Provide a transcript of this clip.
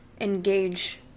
engage